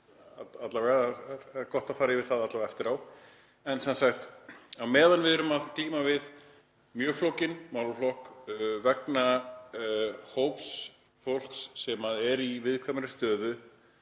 það er gott að fara yfir það alla vega eftir á. En á meðan við erum að glíma við mjög flókin málaflokk vegna hóps fólks sem er í viðkvæmri stöðu,